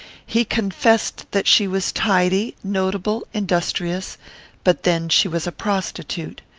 he confessed that she was tidy, notable, industrious but, then, she was a prostitute.